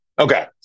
okay